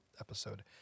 episode